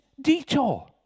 detour